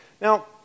Now